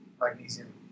magnesium